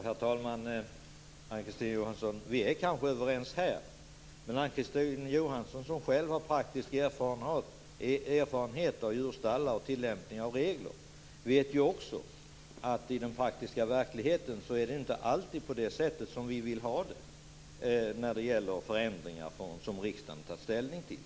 Herr talman! Ann-Kristine Johansson! Vi är kanske överens här i riksdagen. Men Ann-Kristine Johansson, som själv har praktisk erfarenhet av djurstallar och tillämpning av regler, vet ju att det i den praktiska verkligheten inte alltid är på det sätt som vi vill när det gäller förändringar som riksdagen har tagit ställning till.